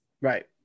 Right